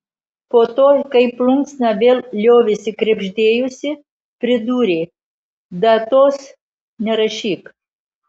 po to kai plunksna vėl liovėsi krebždėjusi pridūrė datos nerašyk